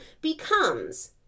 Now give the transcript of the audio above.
becomes